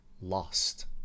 lost